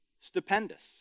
stupendous